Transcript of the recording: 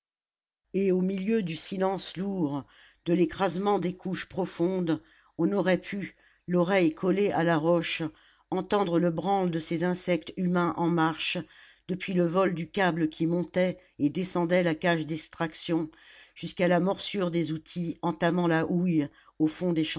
et au milieu du silence lourd de l'écrasement des couches profondes on aurait pu l'oreille collée à la roche entendre le branle de ces insectes humains en marche depuis le vol du câble qui montait et descendait la cage d'extraction jusqu'à la morsure des outils entamant la houille au fond des